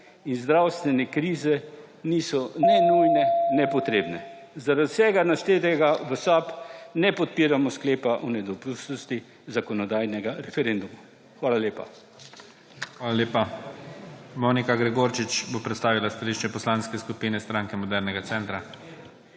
in zdravstvene krize niso ne nujne ne potrebne. Zaradi vsega naštetega v SAB ne podpiramo sklepa o nedopustnosti zakonodajnega referenduma. Hvala lepa.